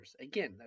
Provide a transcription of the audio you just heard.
Again